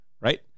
right